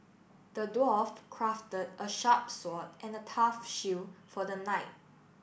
the dwarf crafted a sharp sword and a tough shield for the knight